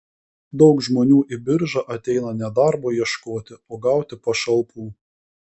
daug žmonių į biržą ateina ne darbo ieškoti o gauti pašalpų